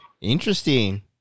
Interesting